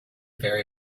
very